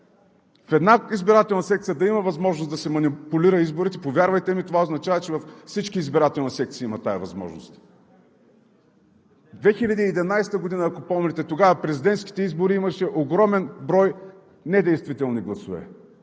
в една избирателна секция има възможност да се манипулират изборите, повярвайте ми, това означава, че във всички избирателни секции има тази възможност. Две хиляди и единадесета година, ако помните, тогава на президентските избори имаше огромен брой недействителни гласове.